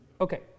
Okay